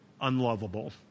unlovable